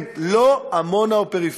כן, לא, עמונה או פריפריה.